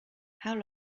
how